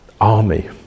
army